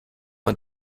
man